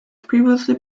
previously